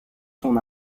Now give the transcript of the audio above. son